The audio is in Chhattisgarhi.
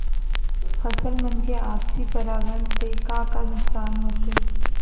फसल मन के आपसी परागण से का का नुकसान होथे?